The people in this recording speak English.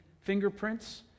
fingerprints